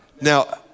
Now